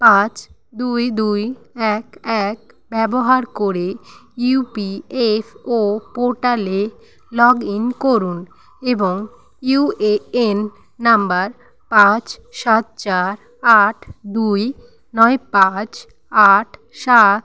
পাঁচ দুই দুই এক এক ব্যবহার করে ইউপিএফও পোর্টালে লগ ইন করুন এবং ইউএএন নাম্বার পাঁচ সাত চার আট দুই নয় পাঁচ আট সাত